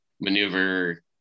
maneuver